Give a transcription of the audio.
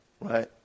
right